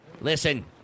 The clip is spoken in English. Listen